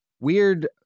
weird